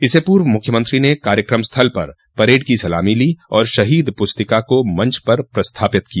इससे पूर्व मुख्यमंत्री ने कार्यक्रम स्थल पर परेड की सलामी ली और शहीद पुस्तिका को मंच पर प्रस्थापित किया